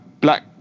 black